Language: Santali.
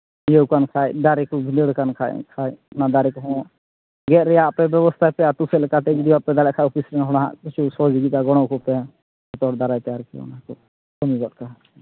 ᱤᱭᱟᱹᱣᱟᱠᱟᱱ ᱠᱷᱟᱡ ᱫᱟᱨᱮ ᱠᱚ ᱵᱷᱤᱸᱫᱟᱹᱲᱟᱠᱟᱱ ᱠᱷᱟᱡ ᱚᱱᱟ ᱫᱟᱨᱮ ᱠᱚᱦᱚᱸ ᱜᱮᱛ ᱨᱮᱭᱟᱜ ᱵᱮᱵᱚᱥᱛᱷᱟᱭ ᱯᱮ ᱟᱹᱛᱩ ᱥᱮᱫ ᱞᱮᱠᱟᱛᱮ ᱡᱩᱫᱤ ᱵᱟᱯᱮ ᱫᱟᱲᱮᱜ ᱠᱷᱟᱡ ᱚᱯᱷᱤᱥ ᱨᱮᱱᱟᱜ ᱠᱤᱪᱷᱩ ᱥᱚᱦᱚᱡᱳᱜᱤᱛᱟ ᱜᱚᱲᱚᱣ ᱠᱚᱯᱮ ᱡᱚᱛᱚ ᱦᱚᱲ ᱫᱟᱨᱮᱭᱛᱮ ᱟᱨᱠᱤ ᱚᱱᱟ ᱠᱟᱹᱢᱤ ᱜᱚᱛ ᱠᱟᱜᱼᱟ